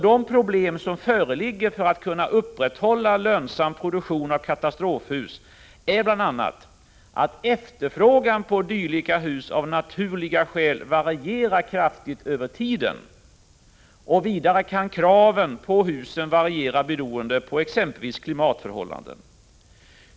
De problem som föreligger med att upprätthålla en lönsam produktion av katastrofhus är bl.a. att efterfrågan på dylika hus av naturliga skäl varierar kraftigt över tiden, och vidare kan kraven på husen variera, t.ex. beroende på klimatförhållanden.